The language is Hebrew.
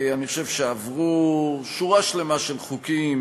אני חושב שעברה שורה שלמה של חוקים,